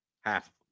Half